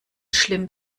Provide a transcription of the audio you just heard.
schlimm